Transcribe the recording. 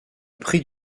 prix